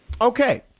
Okay